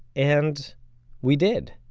and we did!